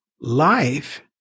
life